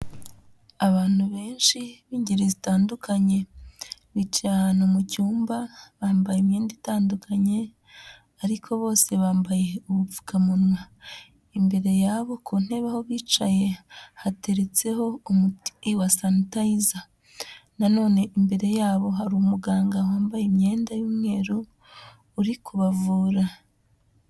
Abantu benshi b'ingeri zitandukanye, bicaye ahantu mu cyumba, bambaye imyenda itandukanye ariko bose bambaye ubupfukamunwa, imbere yabo ku ntebe aho bicaye hateretseho umuti wa sanitayiza, nanone imbere yabo hari umuganga wambaye imyenda y'umweru uri kubavura.